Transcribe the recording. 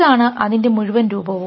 ഇതാണ് അതിൻറെമുഴുവൻ രൂപവും